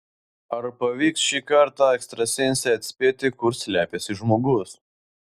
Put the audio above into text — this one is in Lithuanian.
ar pavyks šį kartą ekstrasensei atspėti kur slepiasi žmogus